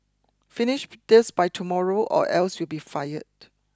finish this by tomorrow or else you'll be fired